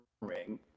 ring